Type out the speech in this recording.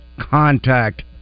contact